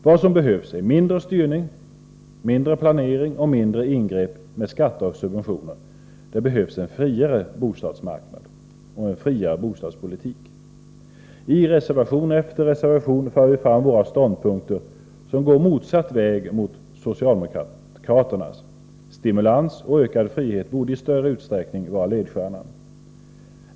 Vad som behövs är mindre styrning, mindre planering och färre ingrepp med skatter och subventioner. Det behövs en friare bostadspolitik. I reservation efter reservation för vi fram ståndpunkter som går motsatt väg mot socialdemokraternas. Stimulans och ökad frihet borde i större utsträckning vara ledstjärnan.